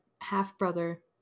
half-brother